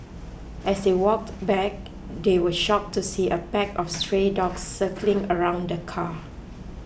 as they walked back they were shocked to see a pack of stray dogs circling around the car